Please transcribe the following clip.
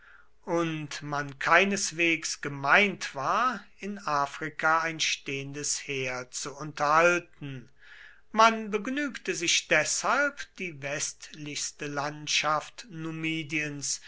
und man keineswegs gemeint war in afrika ein stehendes heer zu unterhalten man begnügte sich deshalb die westlichste landschaft